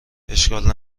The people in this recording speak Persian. اشکال